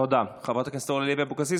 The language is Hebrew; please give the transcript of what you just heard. תודה, חברת הכנסת אורלי לוי אבקסיס.